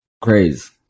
craze